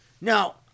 Now